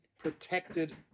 Protected